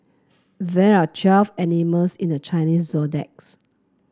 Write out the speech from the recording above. there are twelve animals in the Chinese